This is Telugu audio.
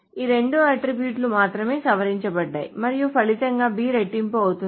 ఈ రెండు అట్ట్రిబ్యూట్ లు మాత్రమే సవరించబడ్డాయి మరియు ఫలితంగా B రెట్టింపు అవుతుంది